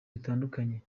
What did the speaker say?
bitandukanye